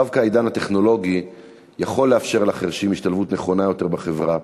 דווקא העידן הטכנולוגי יכול לאפשר לחירשים השתלבות נכונה יותר בחברה,